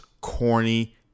corny